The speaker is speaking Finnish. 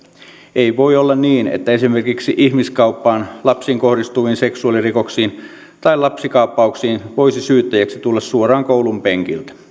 ei voi olla niin että esimerkiksi ihmiskauppaan lapsiin kohdistuviin seksuaalirikoksiin tai lapsikaappauksiin voisi syyttäjäksi tulla suoraan koulunpenkiltä